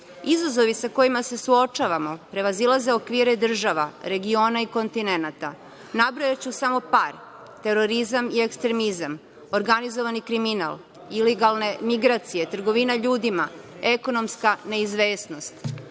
sa kojima se suočavamo prevazilaze okvire država, regiona i kontinenata. Nabrojaću samo par, terorizam i ekstremizam, organizovani kriminal, ilegalne migracije, trgovina ljudima, ekonomska neizvesnost.